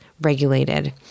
regulated